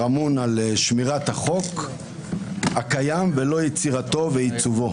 אמון על שמירת החוק הקיים ולא יצירתו ועיצובו,